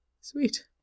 Sweet